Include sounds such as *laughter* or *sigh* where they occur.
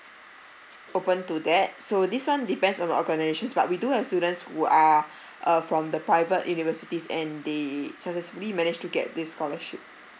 open to that so this one depends on organisations but we do have students who are *breath* uh from the private universities and they successfully manage to get this scholarship